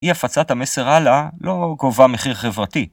אי הפצת המסר הלאה לא גובה מחיר חברתי.